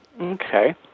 Okay